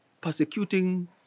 persecuting